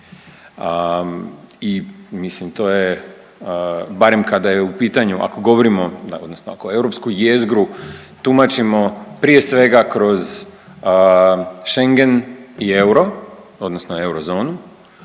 i mislim to je, barem kada je u pitanju, ako govorimo odnosno ako europsku jezgru tumačimo prije svega kroz Schengen i euro odnosno eurozonu